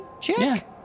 check